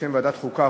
בשם ועדת החוקה,